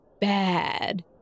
bad